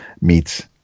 meets